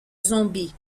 zombies